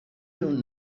don’t